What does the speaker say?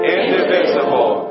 indivisible